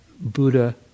Buddha